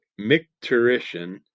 Micturition